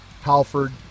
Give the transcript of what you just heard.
Halford